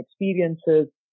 experiences